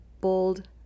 Bold